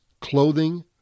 clothing